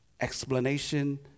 explanation